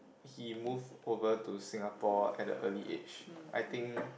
he move over to Singapore at a early age I think